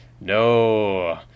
no